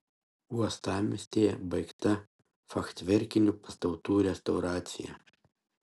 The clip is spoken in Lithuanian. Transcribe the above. uostamiestyje baigta fachverkinių pastatų restauracija